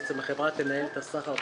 התשל"ה-1975.